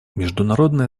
международное